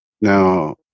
Now